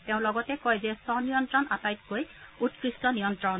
তেওঁ লগতে কয় যে স্বনিয়ন্ত্ৰণ আটাইতকৈ উৎকৃষ্ট নিয়ন্ত্ৰণ